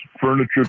furniture